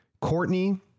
Courtney